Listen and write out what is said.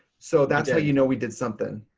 so, that's how you know we did something.